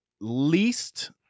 least